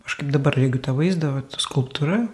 aš kaip dabar regiu tą vaizdą va skulptūra